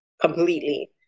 completely